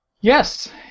Yes